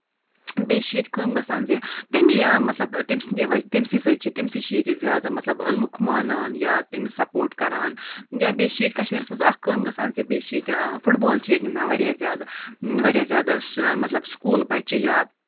بیٚیہِ چھِ ییٚتہِ کٲم گژھان زِ تَمے مطلب تٔمۍ سنٛدے وجہ سۭتۍ تٔمسٕے سۭتۍ چھِ تٔمسٕے چھِ ییٚتہِ زیادٕ مطلب لُکھ مانان یا تٔمِس سَپوٹ کران یا بیٚیہِ چھِ ییٚتہِ کَشمیٖرَس منٛز اکھ کٲم گژھان زِ بیٚیہِ چھِ ییٚتہِ فُٹ بال چھِ ییٚتہِ گِندان واریاہ زیادٕ واریاہ زیادَس مطلب سکوٗل بَچہٕ یا